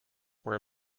were